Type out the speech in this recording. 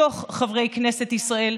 מתוך חברי כנסת ישראל,